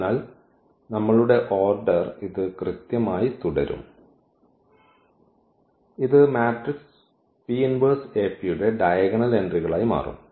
അതിനാൽ നമ്മളുടെ ഓർഡർ ഇത് കൃത്യമായി തുടരും ഇത് മാട്രിക്സ് ന്റെ ഡയഗണൽ എൻട്രികളായി മാറും